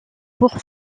pour